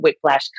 whiplash